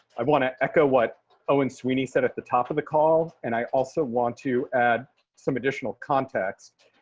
i want to echo what oh and sweeney said at the top of the call. and i also want to add some additional context.